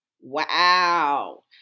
Wow